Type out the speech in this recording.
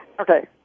Okay